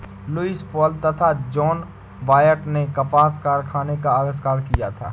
Lewis Paul तथा John Wyatt ने कपास कारखाने का आविष्कार किया था